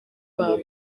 babo